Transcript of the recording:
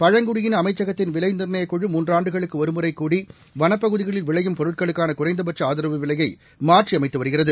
பழங்குடியின அமைச்சகத்தின் விலை நிர்ணயக்குழு மூன்றாண்டுகளுக்கு ஒருமுறை கூடி வளப்பகுதிகளில் விளையும் பொருட்களுக்கான குறைந்தபட்ச ஆதரவு விலையை மாற்றி அமைத்து வருகிறது